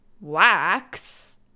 wax